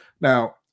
Now